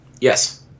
Yes